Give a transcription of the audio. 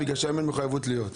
בגלל שאין לו מחויבות להיות.